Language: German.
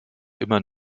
immer